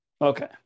okay